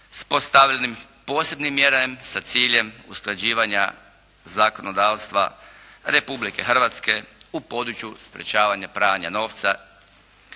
s postavljanjem posebnih mjera sa ciljem usklađivanja zakonodavstva Republike Hrvatske u području sprečavanja pranja novca